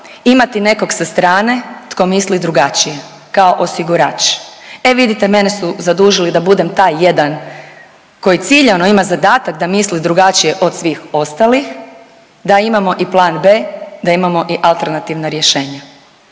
imati nekog sa strane tko misli drugačije kao osigurač. E vidite mene su zadužili da budem taj jedan koji ciljano ima zadatak da misli drugačije od svih ostalih, da imamo i plan B, da imamo i alternativna rješenja.